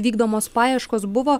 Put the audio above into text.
vykdomos paieškos buvo